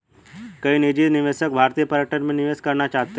कई निजी निवेशक भारतीय पर्यटन में निवेश करना चाहते हैं